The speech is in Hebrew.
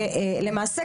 ולמעשה,